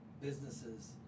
businesses